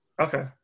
okay